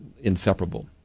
inseparable